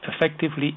effectively